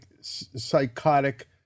psychotic